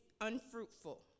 unfruitful